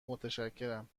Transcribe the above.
متشکرم